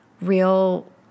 real